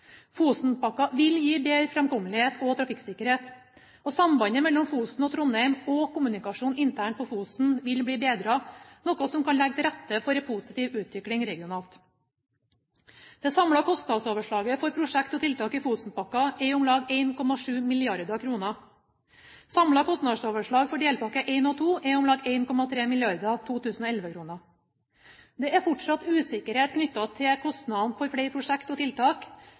Fosenpakka vil gi bedre framkommelighet og trafikksikkerhet. Sambandet mellom Fosen og Trondheim og kommunikasjon internt på Fosen vil bli bedret, noe som kan legge til rette for en positiv utvikling regionalt. Det samlede kostnadsoverslaget for prosjekt og tiltak i Fosenpakka er om lag 1,7 mrd. kr. Samlet kostnadsoverslag for delpakkene 1 og 2 er om lag 1,3 mrd. 2011-kroner. Det er fortsatt usikkerhet knyttet til kostnadene for flere prosjekter og tiltak,